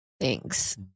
Thanks